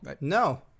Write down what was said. No